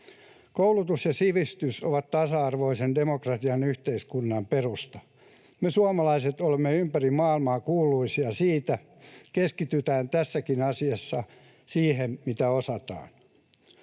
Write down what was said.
Koulutus ja sivistys ovat tasa-arvoisen demokraattisen yhteiskunnan perusta. Me suomalaiset olemme ympäri maailmaa kuuluisia siitä. Keskitytään tässäkin asiassa siihen, mitä osataan.